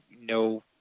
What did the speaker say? no